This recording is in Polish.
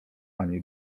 ani